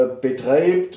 betreibt